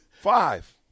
Five